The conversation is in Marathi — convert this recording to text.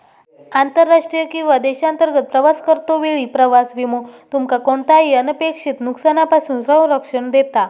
आंतरराष्ट्रीय किंवा देशांतर्गत प्रवास करतो वेळी प्रवास विमो तुमका कोणताही अनपेक्षित नुकसानापासून संरक्षण देता